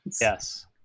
Yes